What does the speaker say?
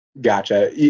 Gotcha